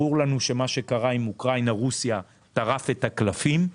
ברור לנו שמה שקרה עם אוקראינה-רוסיה טרף את הקלפים,